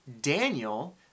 Daniel